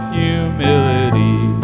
humility